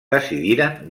decidiren